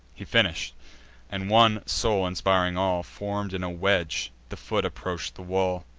he finish'd and, one soul inspiring all, form'd in a wedge, the foot approach the wall.